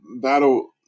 that'll